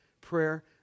Prayer